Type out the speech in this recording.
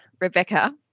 Rebecca